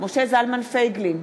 משה זלמן פייגלין,